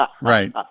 Right